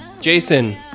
Jason